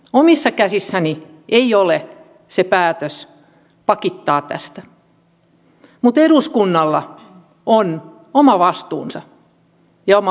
omissa käsissäni ei ole se päätös pakittaa tästä mutta eduskunnalla on oma vastuunsa ja oma mahdollisuutensa